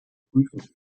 prüfen